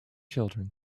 children